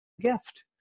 gift